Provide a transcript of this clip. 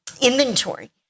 inventory